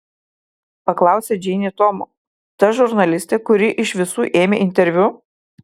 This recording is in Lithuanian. paklausė džeinė tomo ta žurnalistė kuri iš visų ėmė interviu